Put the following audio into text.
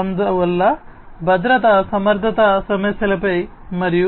అందువల్ల భద్రతా సమర్థతా సమస్యలపై మరియు